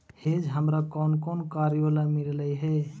hedge हमारा कौन कौन कार्यों ला मिलई हे